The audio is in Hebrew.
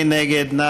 מי נגד?